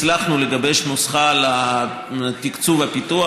הצלחנו לגבש נוסחה לתקצוב הפיתוח.